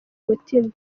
mutima